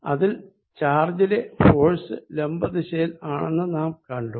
അതിൽ ചാജിലെ ഫോഴ്സ് ലംബ ദിശയിൽ ആണെന്ന് നാം കണ്ടു